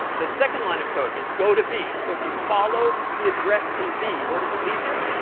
the second line of code means go to b. so if you follow the address in b, where does it lead you?